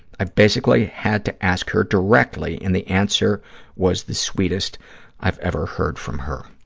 i basically had to ask her directly and the answer was the sweetest i've ever heard from her.